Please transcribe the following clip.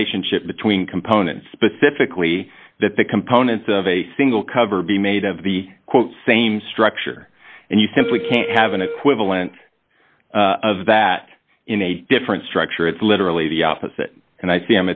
relationship between components specifically that the components of a single cover be made of the same structure and you simply can't have an equivalent of that in a different structure it's literally the opposite and i